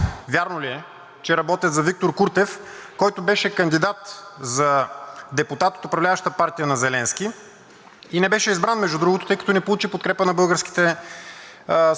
и не беше избран, между другото, тъй като не получи подкрепата на българските сънародници в Украйна заради липса на доверие към него? Второто нещо, което искам да питам, е: вярно ли е,